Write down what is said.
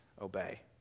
obey